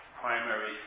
primary